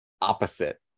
opposite